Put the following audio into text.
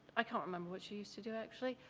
i can't remember what she used to do actually,